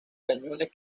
cañones